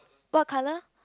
what colour